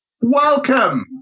Welcome